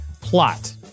Plot